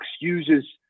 uses